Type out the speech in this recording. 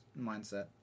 mindset